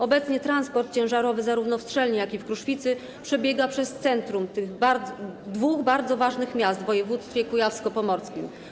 Obecnie transport ciężarowy zarówno w Strzelnie, jak i w Kruszwicy przebiega przez centrum tych dwóch bardzo ważnych miast w województwie kujawsko-pomorskim.